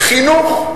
חינוך,